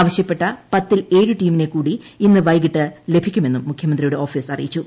ആവശ്യപ്പെട്ട പത്തിൽ ഏഴു ടീമിനെ കൂടി ്രഇന്ന് വൈകിട്ട് ലഭിക്കുമെന്നും മുഖ്യമന്ത്രിയുടെ ഓഫീസ് അറിയിച്ചു